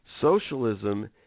Socialism